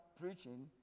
preaching